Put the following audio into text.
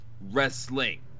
wrestling